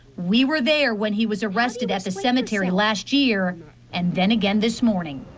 we were there when he was arrested at the cemetery last year and then again this morning.